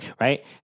right